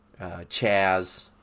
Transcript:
Chaz